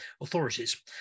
authorities